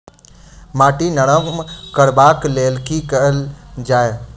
माटि नरम करबाक लेल की केल जाय?